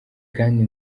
kandi